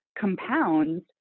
compounds